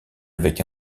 avec